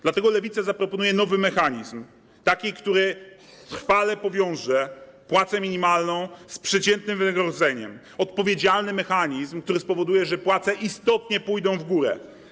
Dlatego Lewica zaproponuje nowy mechanizm, taki, który trwale powiąże płacę minimalną z przeciętnym wynagrodzeniem, odpowiedzialny mechanizm, który spowoduje, że płace istotnie pójdą w górę.